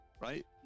right